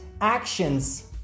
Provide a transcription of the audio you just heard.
actions